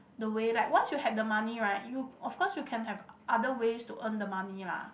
the way like once you have the money right you of course you can have other ways to earn the money lah